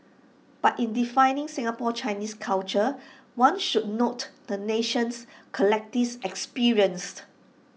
but in defining Singapore Chinese culture one should note the nation's collective experience